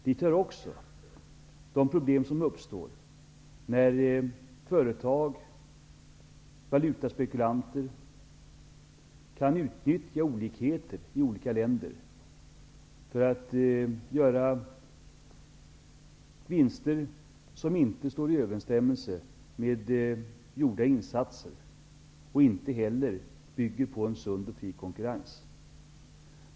Dit hör också de problem som uppstår när företag och valutaspekulanter kan utnyttja olikheter länderna emellan för att göra vinster som inte står i överensstämmelse med gjorda insatser och inte heller bygger på en sund och fri konkurrens.